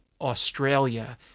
Australia